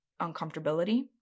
uncomfortability